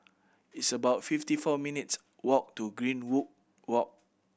it's about fifty four minutes' walk to Greenwood Walk